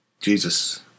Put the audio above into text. Jesus